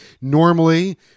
normally